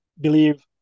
believe